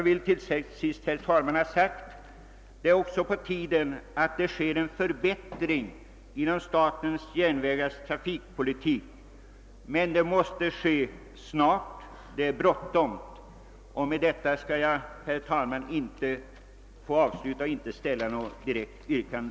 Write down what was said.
Till sist, herr talman, vill jag ha sagt att det också är på tiden att det sker en förbättring i fråga om statens järnvägars trafikpolitik, men den måste ske snart. Det är bråttom härvidlag. Med dessa ord, herr talman, vill jag avsluta mitt anförande utan att ställa något direkt yrkande.